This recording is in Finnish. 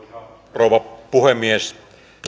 rouva puhemies